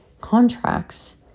contracts